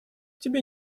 тебе